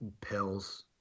pills